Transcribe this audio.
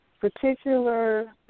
particular